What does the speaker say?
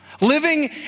living